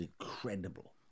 incredible